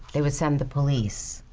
they would send the police.